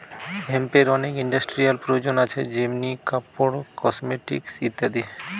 হেম্পের অনেক ইন্ডাস্ট্রিয়াল প্রয়োজন আছে যেমনি কাপড়, কসমেটিকস ইত্যাদি